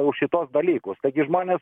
už šituos dalykus taigi žmonės